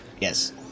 yes